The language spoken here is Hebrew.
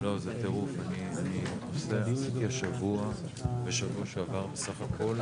אני אחזור בשביל יועמ"ש ויו"ר הוועדה.